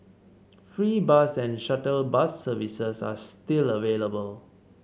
free bus and shuttle bus services are still available